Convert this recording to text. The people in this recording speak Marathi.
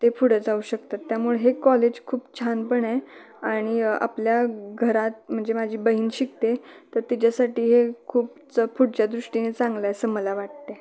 ते पुढं जाऊ शकतात त्यामुळे हे कॉलेज खूप छान पण आहे आणि आपल्या घरात म्हणजे माजी बहीण शिकते तर तिच्यासाठी हे खूपच पुढच्या दृष्टीने चांगलं आहे असं मला वाटते